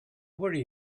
worry